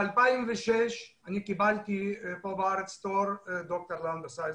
בשנת 2006 אני קיבלתי בארץ תואר דוקטור להנדסה אזרחית,